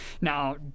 Now